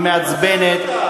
היא מעצבנת,